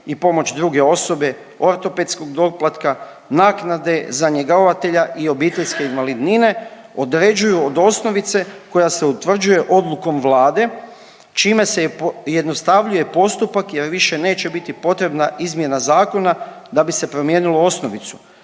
i pomoć druge osobe, ortopedskog doplatka, naknade za njegovatelja i obiteljske invalidnine određuju od osnovice koja se utvrđuje odlukom Vlade, čime se pojednostavljuje postupak jer više neće biti potrebna izmjena zakona da bi se promijenilo osnovicu,